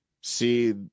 see